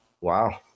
wow